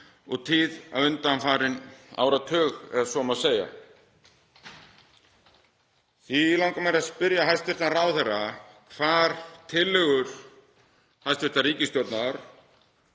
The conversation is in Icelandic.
og tíð undanfarinn áratug ef svo má segja. Því langar mig að spyrja hæstv. ráðherra hvar tillögur hæstv. ríkisstjórnar